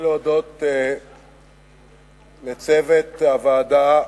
אני רוצה להודות לצוות ועדת העבודה,